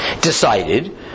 decided